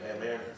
Amen